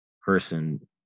person